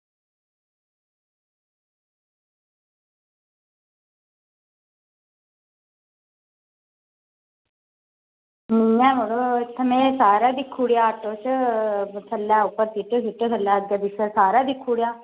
इंया मड़ो में इत्थें सारे दिक्खी ओड़ेआ ऑटो च छ सीटै दे थल्लै अग्गें पिच्छें सारे दिक्खी ओड़ेआ